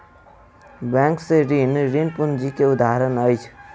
bank से ऋण, ऋण पूंजी के उदाहरण अछि